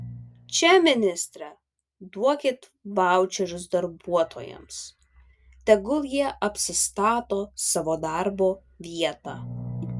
čia ministre duokit vaučerius darbuotojams tegul jie apsistato savo darbo vietą